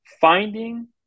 finding